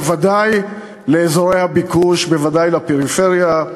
בוודאי באזורי הביקוש ובוודאי בפריפריה.